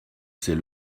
ces